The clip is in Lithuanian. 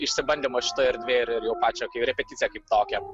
išsibandymą šitoj erdvėj ir ir jau pačią repeticiją kaip tokią